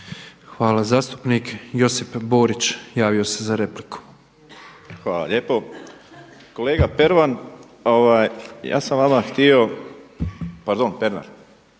Hvala. Zastupnik Josip Borić javio se za repliku. **Borić, Josip (HDZ)** Hvala lijepo. Kolega Pervan ja sam vama htio, pardon Pernar.